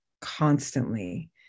constantly